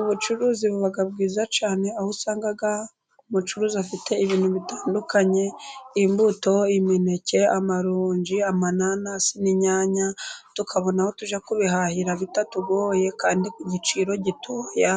Ubucuruzi buba bwiza cyane aho usanga ku mucuruzi, afite ibintu bitandukanye imbuto, imineke, amaronji, amananasi, n' inyanya tukabona aho tujya kubihahira bitatugoye, kandi ku giciro gitoya,